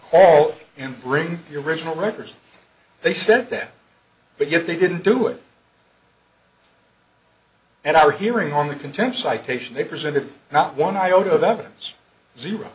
call and bring your original records they said that but yet they didn't do it and our hearing on the content citation they presented not one iota of evidence zero